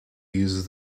uses